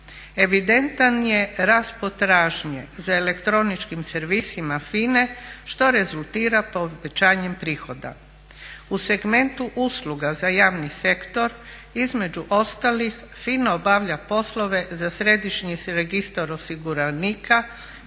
Evidentan je rast potražnje za elektroničkim servisima FINA-e što rezultira povećanjem prihoda. U segmentu usluga za javni sektor između ostalih FINA obavlja poslove za središnji registar osiguranika,